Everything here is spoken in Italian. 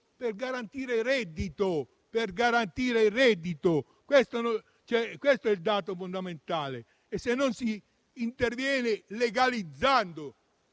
per garantire reddito. Questo è il dato fondamentale e bisogna intervenire legalizzando.